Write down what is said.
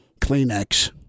Kleenex